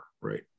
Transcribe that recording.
right